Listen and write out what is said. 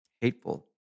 hateful